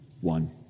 one